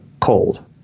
cold